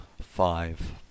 five